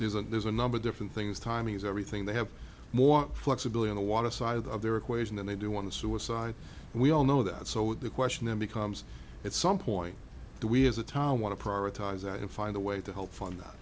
there's a there's a number of different things timing is everything they have more flexibility in the water side of their equation and they do want to suicide we all know that so the question then becomes at some point do we as a tile want to prioritize and find a way to help fund that